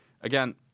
Again